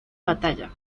batalla